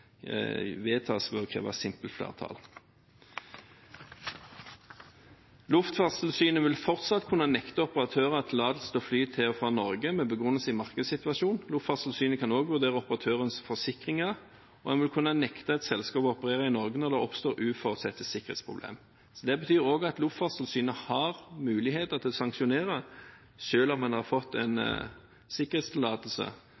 vedtas ved å kreve simpelt flertall. Luftfartstilsynet vil fortsatt kunne nekte operatører tillatelse til å fly til og fra Norge med begrunnelse i markedssituasjonen. Luftfartstilsynet kan også vurdere operatørens forsikringer, og en vil kunne nekte et selskap å operere i Norge når det oppstår uforutsette sikkerhetsproblemer. Det betyr at Luftfartstilsynet har muligheter til å sanksjonere, selv om en har fått en sikkerhetstillatelse,